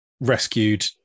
rescued